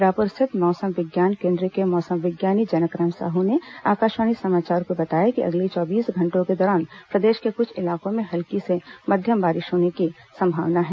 रायपुर स्थित मौसम विज्ञान केन्द्र के मौसम विज्ञानी जनकराम साहू ने आकाशवाणी समाचार को बताया कि अगले चौबीस घंटों के दौरान प्रदेश के कुछ इलाकों में हल्की से मध्यम बारिश होने की संभावना है